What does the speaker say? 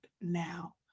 now